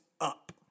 up